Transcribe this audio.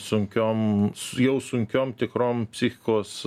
sunkiom su jau sunkiom tikrom psichikos